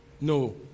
No